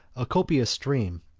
a copious stream,